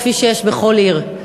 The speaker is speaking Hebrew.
כפי שיש בכל עיר.